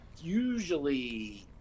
usually